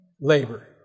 labor